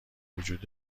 وجود